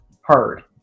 heard